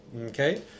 okay